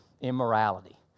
immorality